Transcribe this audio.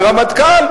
ורמטכ"ל,